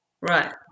Right